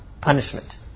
punishment